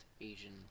Asian